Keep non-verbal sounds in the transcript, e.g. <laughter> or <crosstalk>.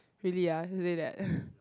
really ah he said that <breath>